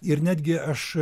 ir netgi aš